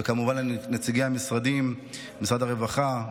וכמובן לנציגי המשרדים: משרד הרווחה,